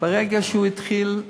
ברגע שהוא התחיל.